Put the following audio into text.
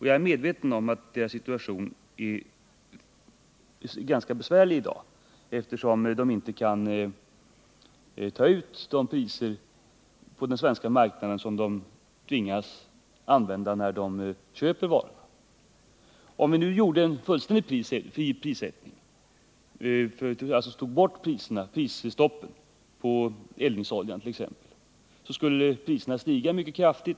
Jag är medveten om att deras situation i dag är ganska besvärlig, eftersom de inte kan ta ut de priser på den svenska marknaden som de tvingas betala när de köper varan. Om vi nu genomför en fullständigt fri prissättning, dvs. om vi tog bort prisstoppet på t.ex. eldningsoljan, så skulle priserna stiga mycket kraftigt.